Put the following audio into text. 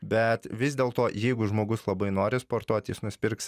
bet vis dėlto jeigu žmogus labai nori sportuoti jis nusipirks